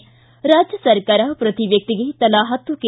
ಿ ರಾಜ್ಯ ಸರ್ಕಾರ ಪ್ರತೀ ವ್ಯಕ್ತಿಗೆ ತಲಾ ಹತ್ತು ಕೆ